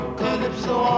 calypso